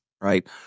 right